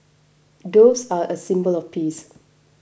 doves are a symbol of peace